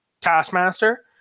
Taskmaster